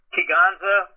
Kiganza